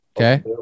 Okay